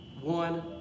one